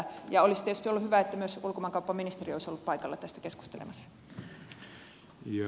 olisi tietysti ollut hyvä että myös ulkomaankauppaministeri olisi ollut paikalla tästä keskustelemassa